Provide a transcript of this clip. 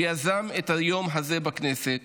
שיזם את היום הזה בכנסת